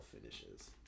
finishes